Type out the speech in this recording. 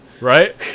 right